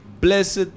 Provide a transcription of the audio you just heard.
blessed